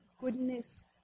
goodness